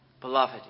beloved